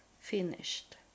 finished